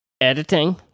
editing